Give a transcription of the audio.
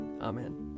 Amen